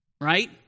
Right